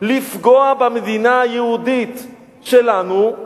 לפגוע במדינה היהודית שלנו,